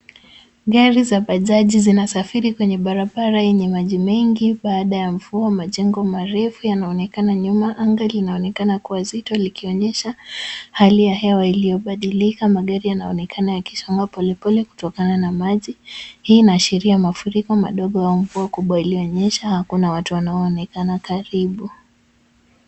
Gari za bajaji zinasafiri kwenye barabara yenye maji mengi baada ya mvua. Majengo marefu yanaonekana nyuma. Anga linaonekana kuwa zito likionyesha hali ya hewa iliyobadilika. Magari yanaonekana yakisonga polepole kutokana na maji .Hii ana asheria mafuriko madogo ya mvua kubwa iliyonyesha hakuna watu wanao onekana karibu.